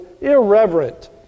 irreverent